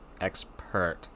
expert